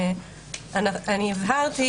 אני הבהרתי